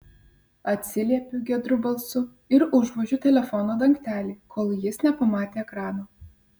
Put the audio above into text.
atsiliepiu giedru balsu ir užvožiu telefono dangtelį kol jis nepamatė ekrano